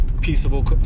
peaceable